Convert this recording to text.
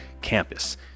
campus